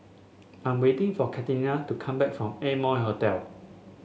I am waiting for Catina to come back from Amoy Hotel